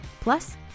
Plus